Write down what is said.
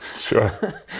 Sure